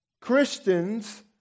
Christians